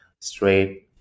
straight